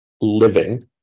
living